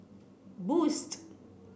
boost